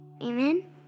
Amen